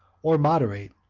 or moderate,